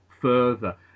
further